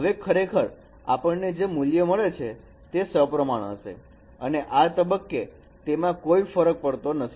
હવે ખરેખર આપણને જે મૂલ્ય મળે છે તે સપ્રમાણ હશે અને આ તબક્કે તેમાં કોઇ ફરક પડતો નથી